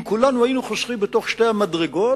אם כולנו היינו חוסכים בתוך שתי המדרגות,